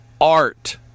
art